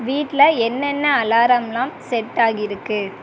வீட்டில் என்னென்ன அலாரமெலாம் செட் ஆகிருக்குது